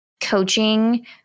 coaching